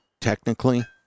technically